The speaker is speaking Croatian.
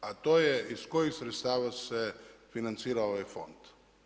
A to je iz kojih sredstava se financira ovaj fond?